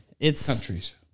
countries